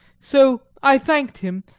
so i thanked him,